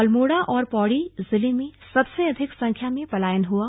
अल्मोड़ा और पौड़ी जिले में सबसे अधिक संख्या में पलायन हुआ